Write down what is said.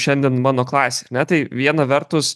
šiandien mano klasėj ar ne tai viena vertus